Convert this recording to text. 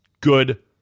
Good